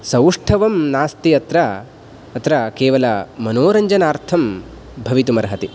सौष्टवं नास्ति अत्र अत्र केवलमनोरञ्चनार्थं भवितुमर्हति